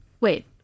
wait